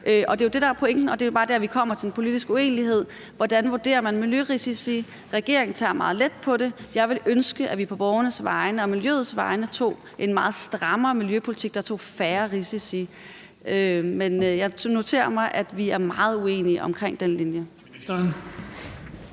Det er jo det, der er pointen, og det er bare der, vi kommer til en politisk uenighed om, hvordan man vurderer miljørisici. Regeringen tager meget let på det. Jeg ville ønske, at vi på borgernes vegne og miljøets vegne havde en meget strammere miljøpolitik, der tog færre risici. Men jeg noterer mig, at vi er meget uenige om den linje.